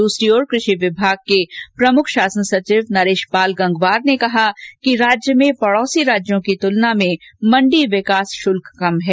दूसरी ओर कृषि विभाग के प्रमुख शासन सचिव नरेशपाल गंगवार ने कहा कि राज्य में पडौसी राज्यों की तुलना में मण्डी विकास शुल्क कम है